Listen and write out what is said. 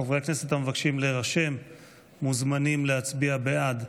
חברי הכנסת המבקשים להירשם מוזמנים להצביע בעד.